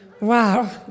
wow